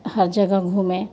हर जगह घूमें